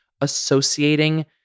associating